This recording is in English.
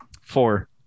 Four